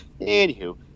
anywho